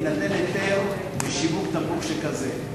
יינתן היתר לשיווק תמרוק שכזה.